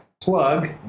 plug